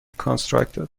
constructed